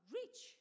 rich